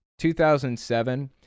2007